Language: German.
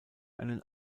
einen